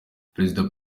perezida